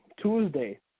Tuesday